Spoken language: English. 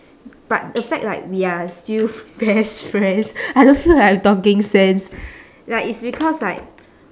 but the fact like we are still best friends I don't feel like I'm talking sense like it's because like